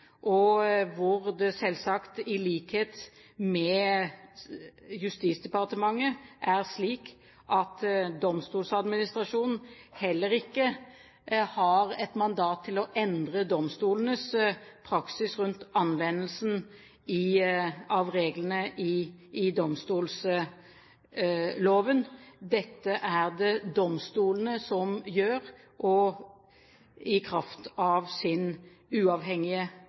og hvor det selvsagt, i likhet med for Justisdepartementet, er slik at Domstoladministrasjonen heller ikke har et mandat til å endre domstolenes praksis rundt anvendelsen av reglene i domstolloven. Dette er det domstolene som gjør, og i kraft av sin uavhengige